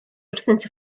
wrthynt